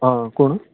आं कोण